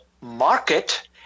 market